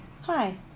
Hi